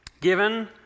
given